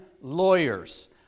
lawyers